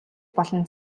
болон